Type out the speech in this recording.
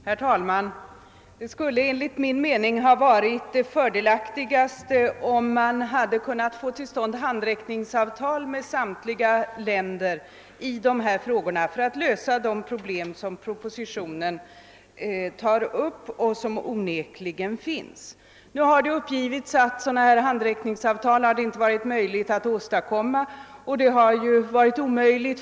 Herr talman! Det skulle enligt min mening ha varit fördelaktigast om man hade kunnat få till stånd handräckningsavtal med samtliga länder för att lösa de problem som tas upp i propositionen och som onekligen existerar. Det har uppgivits att det inte varit möjligt att åstadkomma sådana handräckningsavtal.